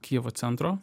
kijevo centro